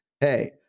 Hey